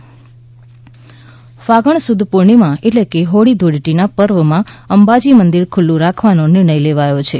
અંબાજી હોળી ધૂળેટી ફાગણસુદ પૂર્ણિમા એટલે કે હોળી ધુળેટીના પર્વમાં અંબાજી મંદિર ખુ લ્લું રાખવાનો નિર્ણય લેવાયો છે